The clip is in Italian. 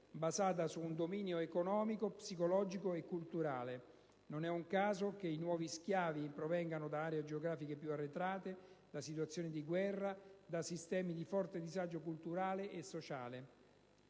basato su un dominio economico, psicologico e culturale. Non è un caso che i nuovi schiavi provengano dalle aree geografiche più arretrate, da situazioni di guerra e da sistemi di forte disagio culturale e sociale.